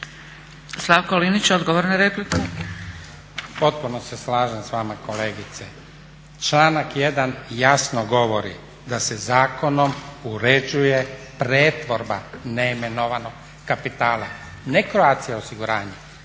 Slavko (Nezavisni)** Potpuno se slažem sa vama kolegice. Članak 1. jasno govori da se zakonom uređuje pretvorba neimenovanog kapitala, ne Croatia osiguranja